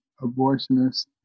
abortionist